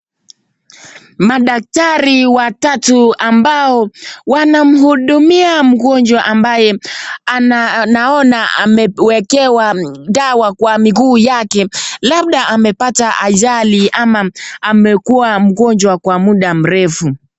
Madaktari watu ambao wanamhudumia mgonjwa ambaye naona amewekewa dawa kwa miguu yake, labda amepata ajali ama amekuwa mgonjwa kwa muda mrefu.